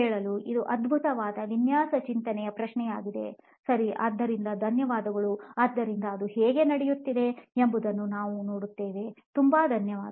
ಕೇಳಲು ಇದು ಅದ್ಭುತವಾದ ವಿನ್ಯಾಸ ಚಿಂತನೆಯ ಪ್ರಶ್ನೆಯಾಗಿದೆ ಸರಿ ಆದ್ದರಿಂದ ಧನ್ಯವಾದಗಳು ಆದ್ದರಿಂದ ಅದು ಹೇಗೆ ನಡೆಯುತ್ತದೆ ಎಂಬುದನ್ನು ನಾವು ನೋಡುತ್ತೇವೆ ತುಂಬಾ ಧನ್ಯವಾದಗಳು